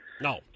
No